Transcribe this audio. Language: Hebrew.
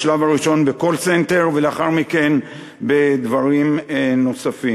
בשלב הראשון ב-call center ולאחר מכן בדברים נוספים.